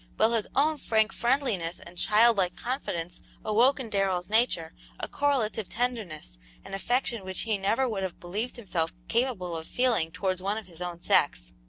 while his own frank friendliness and childlike confidence awoke in darrell's nature a correlative tenderness and affection which he never would have believed himself capable of feeling towards one of his own sex.